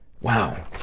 Wow